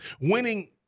winning